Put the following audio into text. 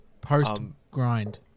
post-grind